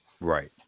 Right